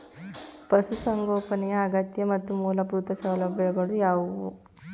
ಪಶುಸಂಗೋಪನೆಯ ಅಗತ್ಯ ಮತ್ತು ಮೂಲಭೂತ ಸೌಲಭ್ಯಗಳು ಯಾವುವು?